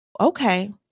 Okay